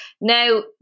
Now